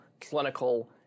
clinical